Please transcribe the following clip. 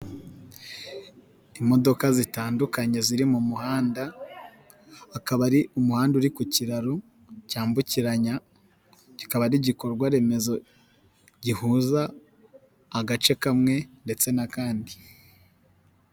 Imodoka zitandukanye ziri mu muhanda, akaba ari umuhanda uri ku kiraro, cyambukiranya, kikaba ari igikorwa remezo, gihuza agace kamwe ndetse n'akandi.